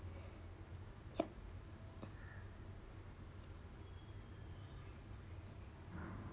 yup